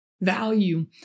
value